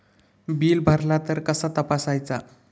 Bill भरला तर कसा तपसायचा?